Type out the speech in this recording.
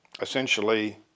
essentially